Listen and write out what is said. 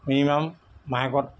minimum মাহেকত